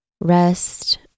rest